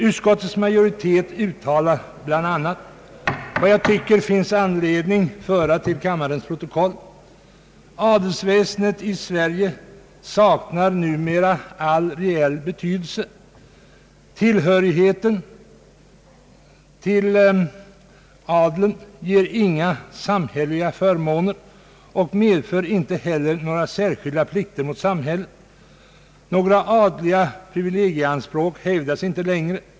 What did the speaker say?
Utskottets majoritet uttalar bl.a. följande, vilket jag tycker det finns anledning att föra till kammarens protokoll: »Adelsväsendet i Sverige saknar numera all reell betydelse. Tillhörighet till adeln ger inga samhälleliga förmåner och medför inte heller några särskilda plikter mot samhället. Några adliga privilegieanspråk hävdas inte längre.